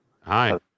Hi